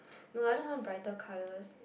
no I don't want brighter colours